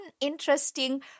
interesting